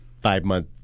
five-month